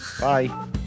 bye